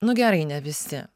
nu gerai ne visi